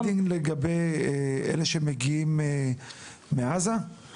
זה הדין לגבי אלו שמגיעים מעזה?